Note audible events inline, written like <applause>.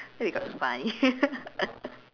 that will be quite funny <laughs>